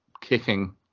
kicking